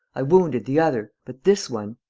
i wounded the other but this one.